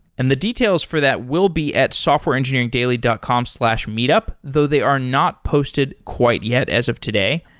and the details for that will be at softwareengineeringdaily dot com slash meetup, though they are not posted quite yet as of today.